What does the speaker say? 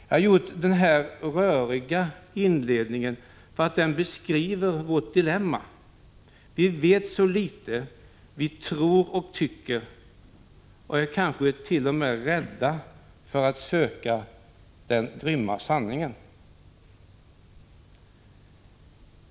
Jag har gjort den här röriga inledningen för att den beskriver vårt dilemma. Vi vet så litet. Vi tror och tycker. Vi är kanske t.o.m. rädda för att söka den grymma sanningen.